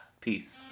peace